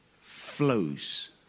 flows